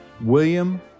William